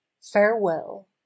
farewell